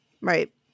Right